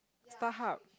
StarHub